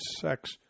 sex